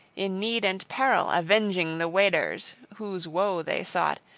in need and peril avenging the weders, whose woe they sought,